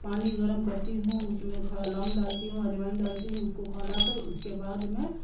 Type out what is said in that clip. پانی گرم کرتی ہوں اس میں تھوڑا لونگ ڈالتی ہوں عجوائن ڈالتی ہوں اس کو کھولا کر اس کے بعد میں